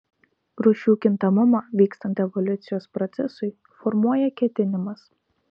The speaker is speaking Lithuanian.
rūšių kintamumą vykstant evoliucijos procesui formuoja ketinimas